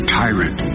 tyrant